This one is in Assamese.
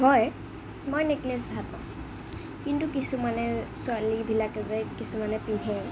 হয় মই নেকলেছ ভালপাওঁ কিন্তু কিছুমানে ছোৱালীবিলাকে যে কিছুমানে পিন্ধে